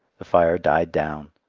the fire died down,